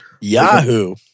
Yahoo